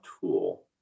tool